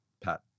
Pat